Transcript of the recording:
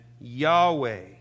Yahweh